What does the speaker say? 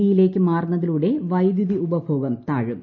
ഡിയിലേക്ക് മാറുന്നതിലൂടെ വൈദ്യുതി ഉപഭോഗം താഴും